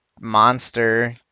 monster